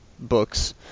books